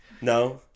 No